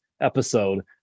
episode